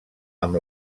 amb